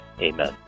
Amen